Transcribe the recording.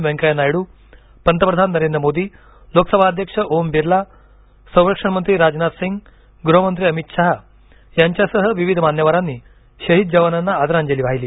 व्यंकय्या नायडू पंतप्रधान नरेंद्र मोदीलोकसभा अध्यक्ष ओम बिर्ला संरक्षण मंत्री राजनाथ सिंह गृहमंत्री अमित शहा यांच्यासह विविध मान्यवरांनी शहीद जवानांना आदरांजली वाहिली